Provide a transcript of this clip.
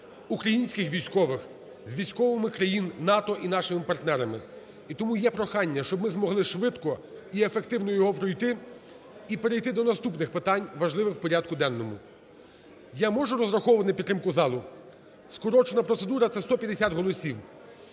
українських військових з військовими країн НАТО і нашими партнерами. І тому є прохання, щоб ми змогли швидко і ефективно його пройти, і перейти до наступних питань важливих в порядку денному. Я можу розраховувати на підтримку залу? Скорочена процедура – це 150 голосів.